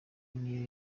niyo